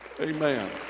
Amen